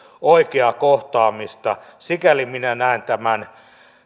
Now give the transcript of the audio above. oikeaa kohtaamista sikäli minä näen tämän